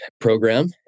program